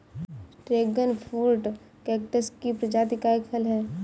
dragon fruit cactus की प्रजाति का एक फल है